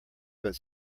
but